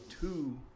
two